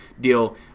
deal